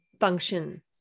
function